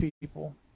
people